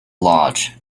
lodge